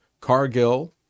Cargill